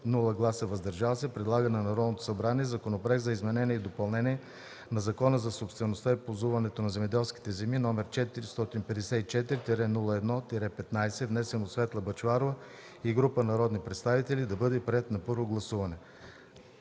и “въздържал се”, предлага на Народното събрание Законопроект за изменение и допълнение на Закона за собствеността и ползуването на земеделските земи, № 454-01-15, внесен от Светла Бъчварова и група народни представители, да бъде приет на първо гласуване.”